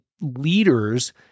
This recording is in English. leaders